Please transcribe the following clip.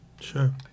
sure